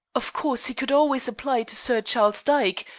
of course, he could always apply to sir charles dyke,